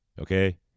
okay